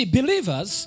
believers